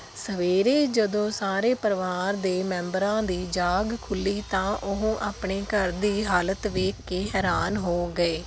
ਸਵੇਰੇ ਜਦੋਂ ਸਾਰੇ ਪਰਿਵਾਰ ਦੇ ਮੈਂਬਰਾਂ ਦੀ ਜਾਗ ਖੁੱਲ੍ਹੀ ਤਾਂ ਉਹ ਆਪਣੇ ਘਰ ਦੀ ਹਾਲਤ ਵੇਖ ਕੇ ਹੈਰਾਨ ਹੋ ਗਏ